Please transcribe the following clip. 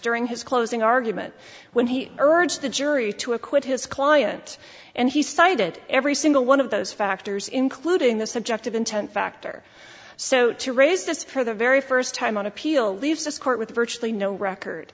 during his closing argument when he urged the jury to acquit his client and he cited every single one of those factors including the subjective intent factor so to raise this for the very first time on appeal leaves this court with virtually no record